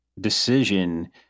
decision